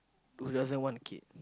who doesn't want a kid